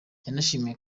yanashimiye